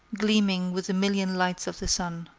gleaming with the million lights of the sun.